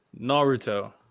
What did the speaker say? Naruto